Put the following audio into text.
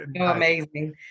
amazing